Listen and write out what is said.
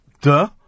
duh